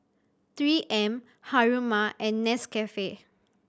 Three M Haruma and Nescafe